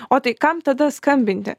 o tai kam tada skambinti